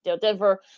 Denver